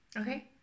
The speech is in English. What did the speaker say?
okay